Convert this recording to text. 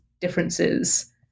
differences